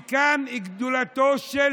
כאן גדולתו של